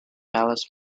palace